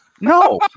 no